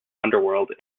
underworld